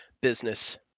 business